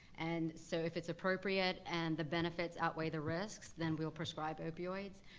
and so if it's appropriate and the benefits outweigh the risks, then we'll prescribe opioids,